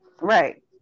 Right